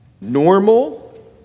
normal